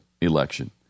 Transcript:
election